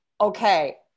okay